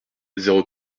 zéro